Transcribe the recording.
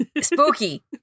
Spooky